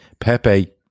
Pepe